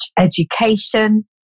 education